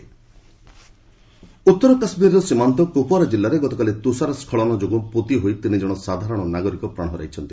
J and K କିଲ୍ଡ ଉତ୍ତର କାଶ୍ମିରର ସୀମାନ୍ତ କୁପଓ୍ୱାରା ଜିଲ୍ଲାରେ ଗତକାଲି ତୁଷାର ସ୍କଳନ ଯୋଗୁଁ ପୋତି ହୋଇ ତିନି ଜଣ ସାଧାରଣ ନାଗରିକ ପ୍ରାଣ ହରାଇଛନ୍ତି